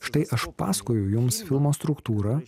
štai aš pasakoju jums filmo struktūrą